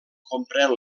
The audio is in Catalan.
comprèn